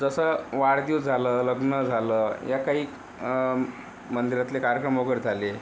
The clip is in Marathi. जसं वाढदिवस झालं लग्न झालं या काही मंदिरातले कार्यक्रम वगैरे झाले